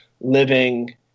living